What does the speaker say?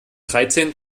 dreizehn